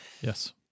yes